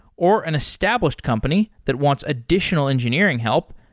or an established company that wants additional engineering help,